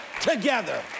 together